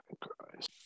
Christ